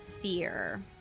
fear